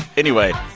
anyway,